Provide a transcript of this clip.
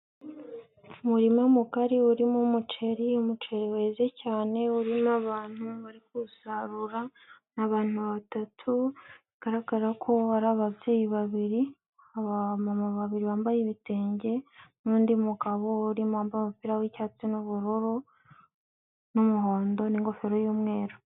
Umurima mugari urimo umuceri, umuceri weze cyane urimo abantu bari gusarura, abantu batatu bigaragara ko hari ababyeyi babiri, abamama babiri bambaye ibitenge, n'undi mugabo urimo wambaye umupira w'icyatsi n'ubururu, n'umuhondo n'ingofero y'umweru.